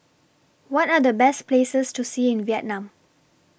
What Are The Best Places to See in Vietnam